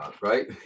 right